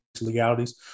legalities